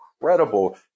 incredible